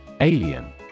Alien